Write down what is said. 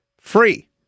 Free